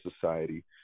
society